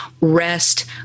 rest